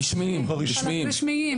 רשמיים.